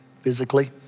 physically